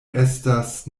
estas